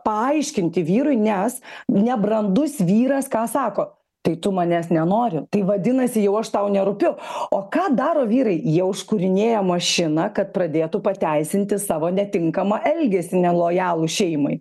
paaiškinti vyrui nes nebrandus vyras ką sako tai tu manęs nenori tai vadinasi jau aš tau nerūpiu o ką daro vyrai jie užkūrinėja mašiną kad pradėtų pateisinti savo netinkamą elgesį nelojalų šeimai